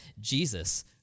Jesus